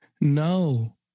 No